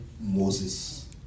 Moses